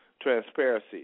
Transparency